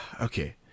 okay